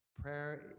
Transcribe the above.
prayer